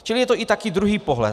Čili je to i taky druhý pohled.